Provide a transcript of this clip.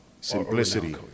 Simplicity